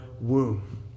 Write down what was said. womb